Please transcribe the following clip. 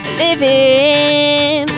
living